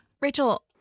Rachel